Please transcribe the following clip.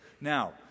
Now